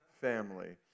family